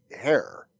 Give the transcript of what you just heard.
hair